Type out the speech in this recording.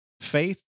faith